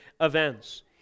events